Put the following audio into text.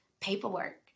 paperwork